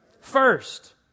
First